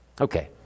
Okay